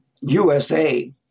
USA